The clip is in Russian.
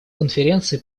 конференции